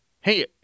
hey